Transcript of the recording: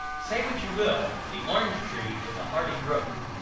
say what you will, the orange tree is a hardy growth.